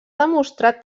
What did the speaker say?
demostrat